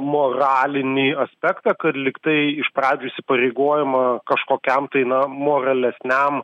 moralinį aspektą kad lygtai iš pradžių įsipareigojama kažkokiam tai na moralesniam